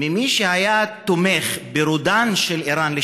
ממי שתמך ברודן של איראן לשעבר.